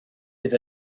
bydd